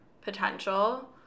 potential